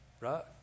Right